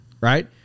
Right